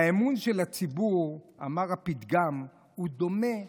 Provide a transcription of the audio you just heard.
האמון של הציבור, אמר הפתגם, הוא דומה למחק.